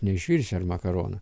neišvirsi ar makaronų